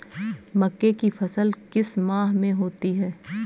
मक्के की फसल किस माह में होती है?